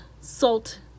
salt